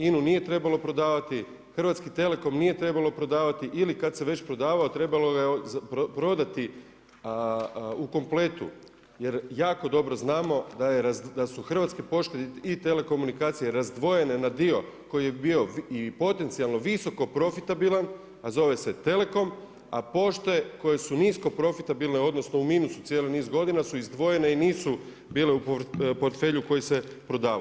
INA-u nije trebalo prodavati, HT nije trebalo prodavati ili kad se već prodavao, trebalo ga je prodati u kompletu jer jako dobro znamo da su hrvatske pošte i telekomunikacije razdvojene na dio koji je bio i potencijalno visoko profitabilan a zove se Telekom a pošte koje su nisko profitabilne odnosno u minusu cijeli niz godina su izdvojene i nisu bile u portfelju koji se prodavao.